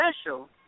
special